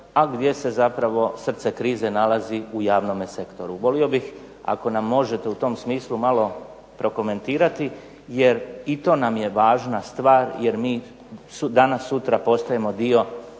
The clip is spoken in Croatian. a gdje se zapravo srce krize nalazi u javnome sektoru. Volio bih ako nam možete u tom smislu malo prokomentirati jer i to nam je važna stvar jer mi danas-sutra postajemo dio